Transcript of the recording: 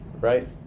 right